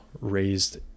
raised